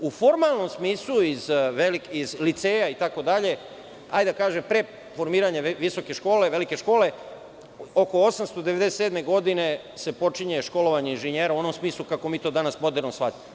U formalnom smislu, iz velikih liceja, itd, hajde da kažemo pre formiranja visoke škole, velike škole, oko 1897. godine se počinje školovanje inženjera u onom smislu kako mi to danas moderno shvatamo.